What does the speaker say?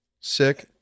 sick